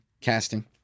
casting